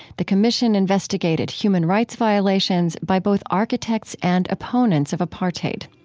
the commission investigated human rights violations by both architects and opponents of apartheid.